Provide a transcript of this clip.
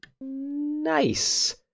Nice